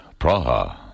Praha